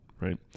right